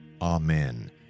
Amen